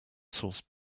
source